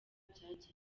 byagenze